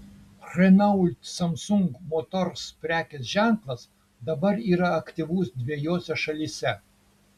renault samsung motors prekės ženklas dabar yra aktyvus dvejose šalyse